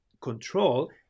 control